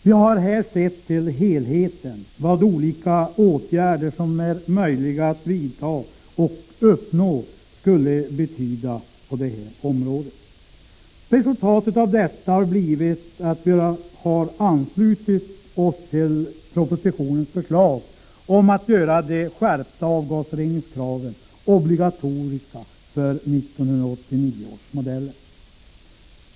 Vi har här sett till helheten och till vad olika åtgärder som det är möjligt att vidta skulle kunna betyda på det här området. Resultatet av detta har blivit att vi anslutit oss till propositionens förslag om att göra de skärpta avgasreningskraven obligatoriska för 1989 års modeller.